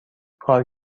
کار